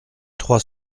trois